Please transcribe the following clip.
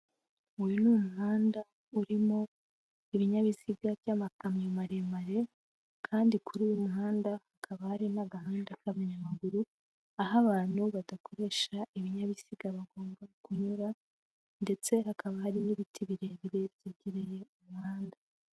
Uyu ni umuhanda urimo ibinyabiziga by'amakamyo maremare kandi kuri uyu muhanda hakaba hari n'agahanda k'abanyamaguru, aho abantu badakoresha ibinyabiziga bagomba kunyura ndetse hakaba hari n'ibiti birebire byegereye umuhanda.